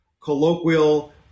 colloquial